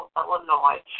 Illinois